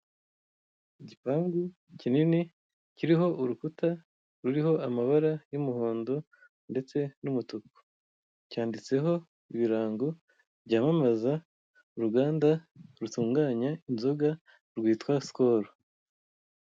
Igipangu kinini kiriho urukuta ruriho amabara y'umuhondo ndetse n'umutuku. Cyanditseho ibirango byamamaza uruganda rutunganya inzoga rwitwa sikolo.